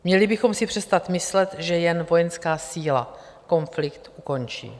Měli bychom si přestat myslet, že jen vojenská síla konflikt ukončí.